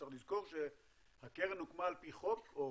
צריך לזכור שהקרן הוקמה על פי חוק או